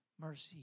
mercy